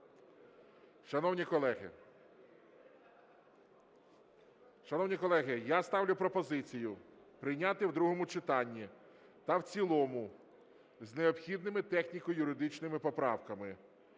Шановні колеги, я ставлю пропозицію прийняти в другому читанні та в цілому з необхідними техніко-юридичними поправками